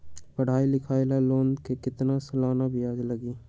पढाई लिखाई ला लोन के कितना सालाना ब्याज लगी?